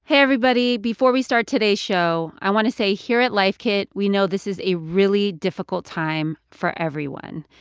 hey, everybody. before we start today's show, i want to say, here at life kit, we know this is a really difficult time for everyone.